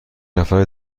نفر